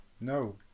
no